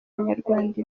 abanyarwanda